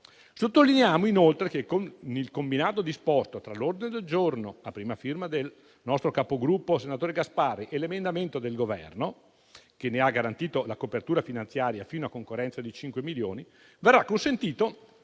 Sottolineiamo inoltre che, con il combinato disposto tra l'ordine del giorno a prima firma del nostro capogruppo, senatore Gasparri, e l'emendamento del Governo che ne ha garantito la copertura finanziaria fino a concorrenza di cinque milioni, verrà consentito